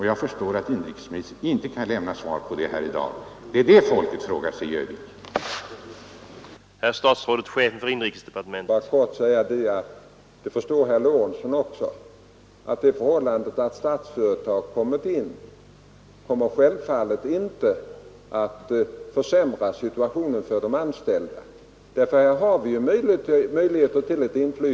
Jag förstår att inrikesministern inte kan lämna svar på den frågan här i dag, men det är detta folket frågar i Örnsköldsviksområdet.